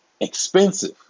expensive